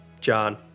John